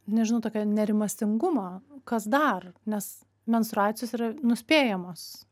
nežinau tokio nerimastingumo kas dar nes menstruacijos yra nuspėjamos